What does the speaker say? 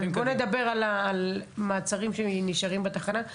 אבל בוא נדבר על מעצרים שנשארים בתחנה,